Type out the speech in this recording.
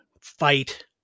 fight